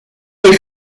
est